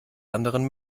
anderen